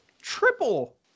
triple